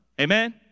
Amen